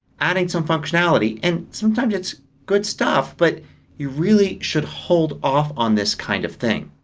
adding some functionality. and sometimes it's good stuff but you really should hold off on this kind of thing.